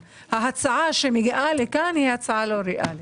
ההצעה שמגיעה לכאן היא הצעה לא ריאלית.